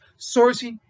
sourcing